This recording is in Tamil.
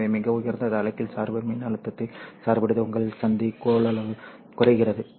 எனவே மிக உயர்ந்த தலைகீழ் சார்பு மின்னழுத்தத்தில் சார்புடையது உங்கள் சந்தி கொள்ளளவு குறைகிறது